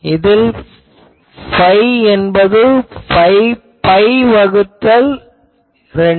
இதில் phi என்பது pi வகுத்தல் 2